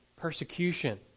persecution